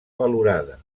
valorada